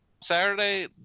Saturday